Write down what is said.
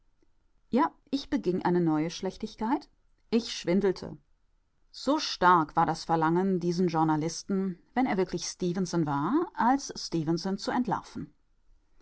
ja ich beging eine neue schlechtigkeit ich schwindelte so stark war das verlangen diesen journalisten wenn er wirklich stefenson war als stefenson zu entlarven